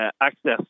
access